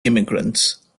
immigrants